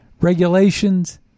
regulations